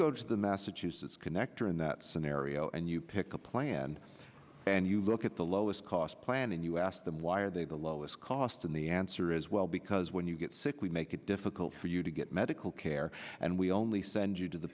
go to the massachusetts connector in that scenario and you pick a plan and you look at the lowest cost plan and you ask why are they the lowest cost in the answer as well because when you get sick we make it difficult for you to get medical care and we only send you to the